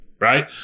Right